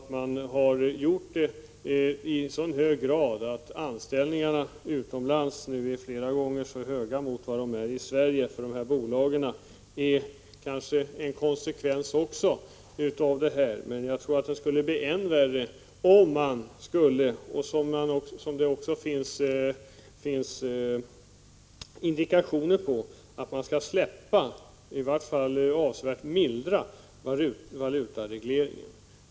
Man har gjort detta i så stor utsträckning att antalet anställningar utomlands nu är flera gånger större än i Sverige. De bolag som det här gäller är kanske också en konsekvens av dessa förhållanden. Men jag tror att det skulle bli än värre om man skulle — något som det finns indikationer på — slopa eller i vart fall avsevärt mildra valutaregleringen.